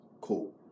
cool